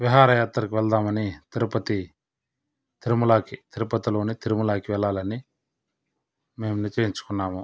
విహారయాత్రకు వెళదామని తిరుపతి తిరుమలకి తిరుపతిలోని తిరుమలకి వెళ్ళాలని మేం నిశ్చయించుకున్నాము